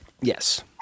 yes